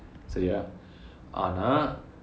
சரியா ஆனால்:seriyaa aanal